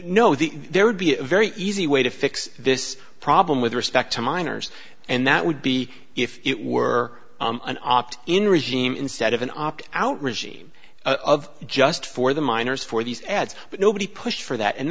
the there would be a very easy way to fix this problem with respect to minors and that would be if it were an opt in regime instead of an opt out regime of just for the minors for these ads but nobody pushed for that and